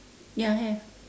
ya ya